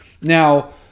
Now